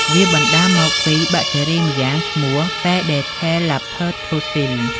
វាបណ្តាលមកពីបាក់តេរីម្យ៉ាងឈ្មោះ បេដេថេលឡាភើតថូសសុីស។